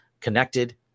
connected